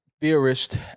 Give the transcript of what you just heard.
theorist